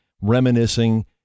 reminiscing